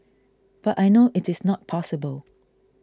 but I know it is not possible